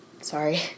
sorry